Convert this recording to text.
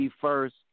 first